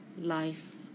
life